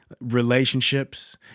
relationships